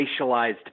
racialized